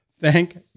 thank